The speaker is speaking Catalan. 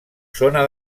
zona